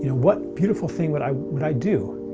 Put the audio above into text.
you know what beautiful thing would i would i do?